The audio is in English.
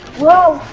whoa!